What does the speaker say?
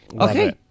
Okay